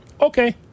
Okay